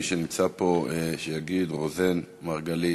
מי שנמצא פה שיגיד: רוזין, מרגלית,